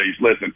Listen